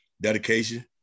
dedication